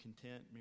content